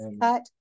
cut